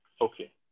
Okay